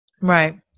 Right